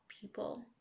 people